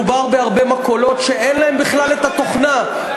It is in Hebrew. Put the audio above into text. מדובר בהרבה מכולות שאין להן בכלל את התוכנה,